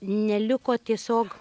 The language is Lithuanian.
neliko tiesiog